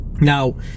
Now